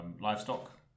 Livestock